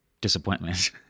disappointment